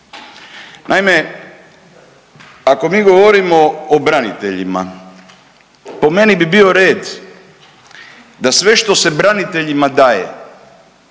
Naime, ako mi govorimo o braniteljima, po meni bi bio red da sve što se braniteljima daje